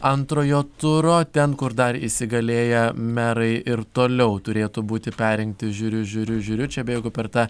antrojo turo ten kur dar įsigalėję merai ir toliau turėtų būti perrinkti žiūriu žiūriu žiūriu čia bėgu per tą